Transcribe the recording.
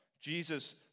Jesus